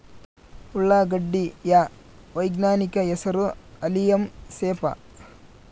ಉಳ್ಳಾಗಡ್ಡಿ ಯ ವೈಜ್ಞಾನಿಕ ಹೆಸರು ಅಲಿಯಂ ಸೆಪಾ